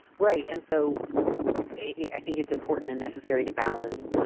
right and so it i think it's important and necessary to balance